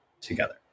together